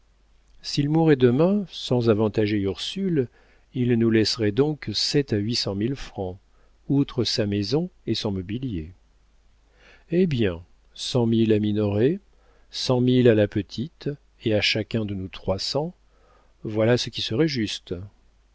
s'il mourait demain sans avantager ursule il nous laisserait donc sept à huit cent mille francs outre sa maison et son mobilier eh bien cent mille à minoret cent mille à la petite et à chacun de nous trois cents voilà ce qui serait juste